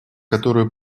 которую